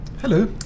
Hello